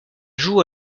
joue